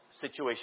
situation